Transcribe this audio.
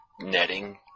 netting